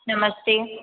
नमस्ते